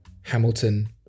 Hamilton